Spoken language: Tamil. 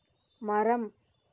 மரம்